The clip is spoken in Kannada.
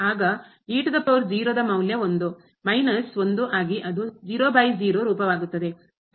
ಆಗ ದ ಮೌಲ್ಯ ಒಂದು ಮೈನಸ್ ಒಂದು ಆಗಿ ಅದು ರೂಪವಾಗುತ್ತದೆ